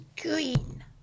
green